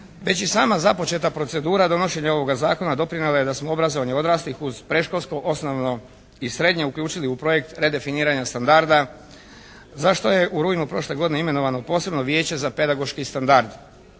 Već i sama započeta procedura donošenja ovoga zakona doprinijela je da smo obrazovanje odraslih uz predškolsko, osnovno i srednje uključili u projekt redefiniranja standarda za što je u rujnu prošle godine imenovano posebno vijeće za pedagoški standard